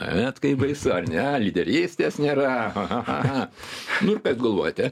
anet kai baisu ar ne lyderystės nėra ahahaha nu ir kaip galvojate